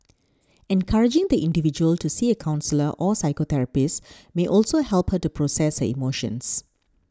encouraging the individual to see a counsellor or psychotherapist may also help her to process her emotions